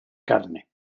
carne